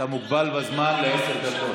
אתה מוגבל בזמן לעשר דקות.